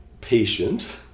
patient